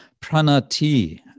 pranati